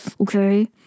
okay